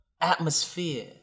atmosphere